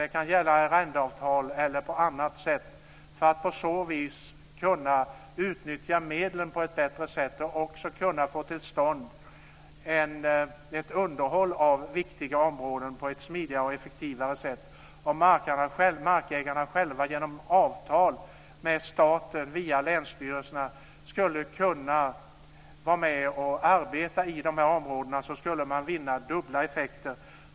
Det kan gälla arrendeavtal eller på annat sätt för att på så vis kunna utnyttja medlen på ett bättre sätt och även kunna få till stånd ett underhåll av viktiga områden på ett smidigare och effektivare sätt. Om markägarna själva genom avtal med staten via länsstyrelserna skulle kunna vara med och arbeta i de här områdena skulle man vinna dubbla effekter.